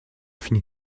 finit